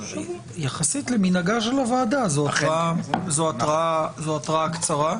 יחסית למנהגה של הוועדה הזו זו התראה קצרה.